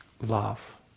love